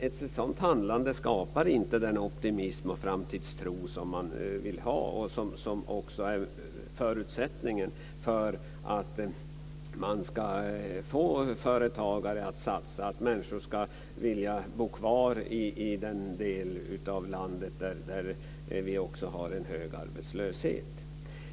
Ett sådant handlande skapar inte den optimism och framtidstro som man vill ha och som också är förutsättningen för att man ska få företagare att satsa, för att människor ska vilja bo kvar i den del av landet där det finns en hög arbetslöshet.